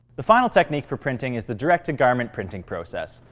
the final technique for printing is the direct-to-garment printing process,